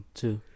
two